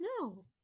No